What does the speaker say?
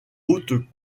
haute